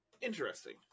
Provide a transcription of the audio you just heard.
Interesting